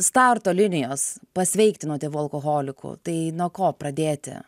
starto linijos pasveikti nuo tėvų alkoholikų tai nuo ko pradėti